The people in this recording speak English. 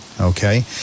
okay